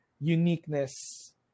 uniqueness